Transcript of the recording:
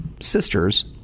sisters